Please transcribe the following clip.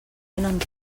tenen